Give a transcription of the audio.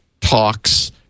talks